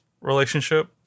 relationship